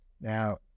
now